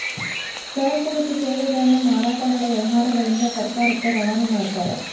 ಸರಕು ಮತ್ತು ಸೇವೆಗಳನ್ನ ಮಾರಾಟ ಮಾಡೊ ವ್ಯವಹಾರಗಳಿಂದ ಸರ್ಕಾರಕ್ಕ ರವಾನೆ ಮಾಡ್ತಾರ